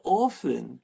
often